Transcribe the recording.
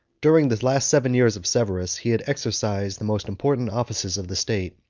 during the last seven years of severus, he had exercised the most important offices of the state,